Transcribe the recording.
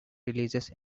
releases